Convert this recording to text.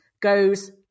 goes